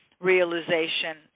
realization